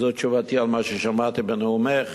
זו תשובתי על מה ששמעתי בנאומךְ,